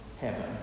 heaven